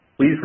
please